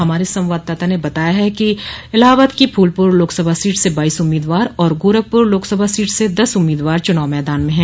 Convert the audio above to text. हमारे संवाददाता ने बताया कि इलाहाबाद की फूलपुर लोकसभा सीट से बाईस उम्मीदवार और गोरखपुर लोकसभा सीट से दस उम्मीदवार चुनाव मैदान में हैं